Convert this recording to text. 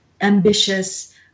ambitious